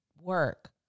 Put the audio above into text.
work